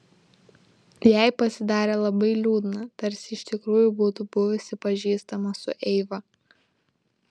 jai pasidarė labai liūdna tarsi iš tikrųjų būtų buvusi pažįstama su eiva